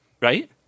right